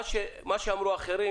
מה שאמרו אחרים